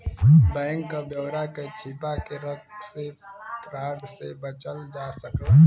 bank क ब्यौरा के छिपा के रख से फ्रॉड से बचल जा सकला